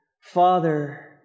Father